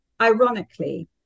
ironically